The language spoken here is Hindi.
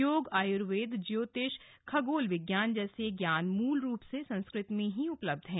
योग आयुर्वेद ज्योतिष खगोल विज्ञान जैसे ज्ञान मूल रूप से संस्कृत में ही उपलब्ध हैं